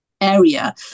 area